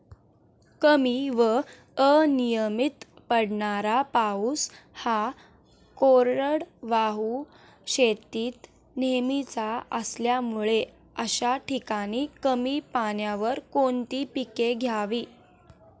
कमी व अनियमित पडणारा पाऊस हा कोरडवाहू शेतीत नेहमीचा असल्यामुळे अशा ठिकाणी कमी पाण्यावर कोणती पिके घ्यावी?